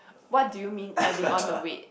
what do you mean adding on the weight